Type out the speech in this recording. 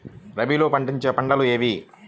రబీలో పండించే పంటలు ఏవి?